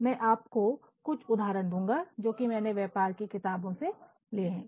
मैं आपको कुछ उदाहरण दूंगा जो कि मैंने कुछ व्यापार की किताबों से लिया है